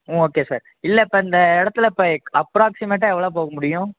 ம் okay sir இல்லை இப்போ இந்த இடத்துல இப்போ அப்ராக்ஸிமேட்டாக எவ்வளோ போக முடியும்